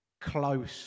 close